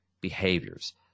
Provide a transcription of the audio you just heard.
behaviors